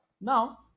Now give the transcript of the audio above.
Now